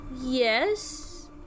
Yes